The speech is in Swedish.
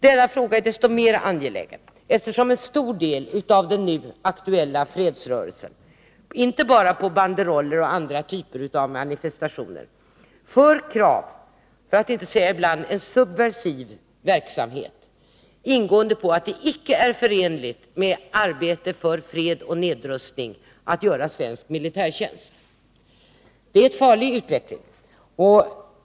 Denna fråga är desto mer angelägen eftersom en stor del av den nu aktuella fredsrörelsen, inte bara på banderoller och i andra typer av manifestationer, fört fram krav — för att inte säga ibland en subversiv verksamhet — som går ut på att det icke är förenligt med arbete för fred och nedrustning att göra svensk militärtjänst. Det är en farlig utveckling.